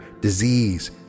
disease